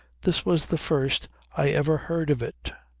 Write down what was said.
this was the first i ever heard of it.